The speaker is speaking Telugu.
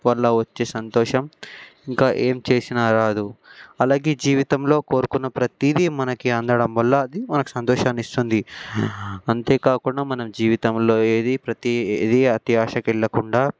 వల్ల వచ్చే సంతోషం ఇంకా ఏం చేసినా రాదు అలాగే జీవితంలో కోరుకున్న ప్రతీది మనకి అందడం వల్ల అది మనకి సంతోషాన్నిస్తోంది అంతేకాకుండా మనం జీవితంలో ఏది ప్రతీ ఏది అత్యాశకి వెళ్లకుండా